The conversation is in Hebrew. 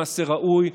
מעשה ראוי,